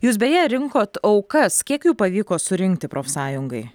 jūs beje rinkot aukas kiek jų pavyko surinkti profsąjungai